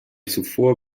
zuvor